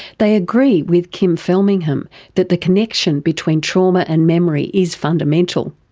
they agree with kim felmingham that the connection between trauma and memory is fundamental.